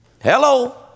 hello